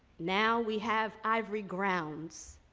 now we have ivory grounds,